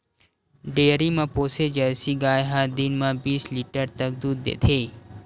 dairy म पोसे Jersey गाय ह दिन म बीस लीटर तक दूद देथे